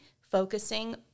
focusing